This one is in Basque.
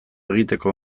egiteko